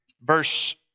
verse